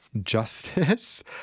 justice